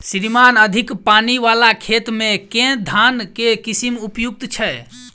श्रीमान अधिक पानि वला खेत मे केँ धान केँ किसिम उपयुक्त छैय?